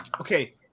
Okay